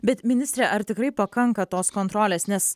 bet ministre ar tikrai pakanka tos kontrolės nes